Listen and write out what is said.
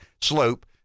slope